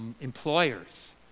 Employers